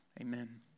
Amen